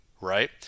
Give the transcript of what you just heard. right